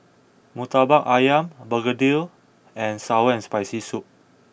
Murtabak Ayam Begedil and Sour and Spicy Soup